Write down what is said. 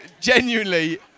genuinely